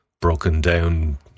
broken-down